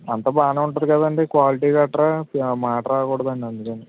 అంతా బాగా ఉంటుంది కదండి క్వాలిటీ గట్రా మాట రాకూడదు అండి అందుకని